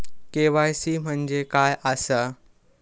KYC म्हणजे काय आसा?